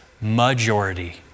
majority